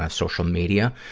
ah social media.